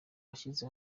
washyize